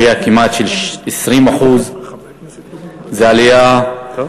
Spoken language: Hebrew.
עלייה של כמעט 20%. זאת עלייה שצריכה